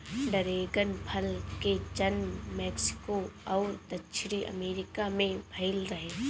dragon फल के जनम मेक्सिको अउरी दक्षिणी अमेरिका में भईल रहे